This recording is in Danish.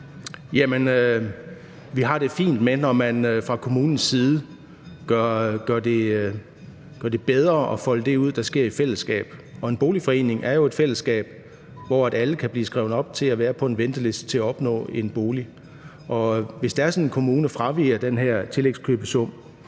Jamen vi har det fint med det, når man fra kommunens side gør det bedre at folde det ud, der sker i et fællesskab, og en boligforening er jo et fællesskab, hvor alle kan blive skrevet op til at stå på en venteliste til at opnå en bolig. Og hvis det er sådan, at en kommune fraviger den her tillægskøbesum,